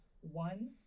one